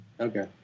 Okay